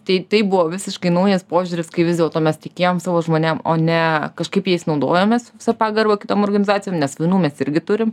tai tai buvo visiškai naujas požiūris kai vis dėl to mes tikėjom savo žmonėm o ne kažkaip jais naudojomės su pagarba kitom organizacijom nes vienų mes irgi turim